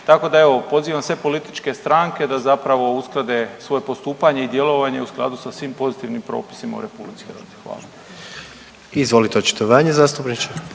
tako da evo pozivam sve političke stranke da zapravo usklade svoje postupanje i djelovanje u skladu sa svim pozitivnim propisima u RH. Hvala. **Jandroković, Gordan (HDZ)** Izvolite očitovanje zastupniče.